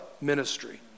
ministry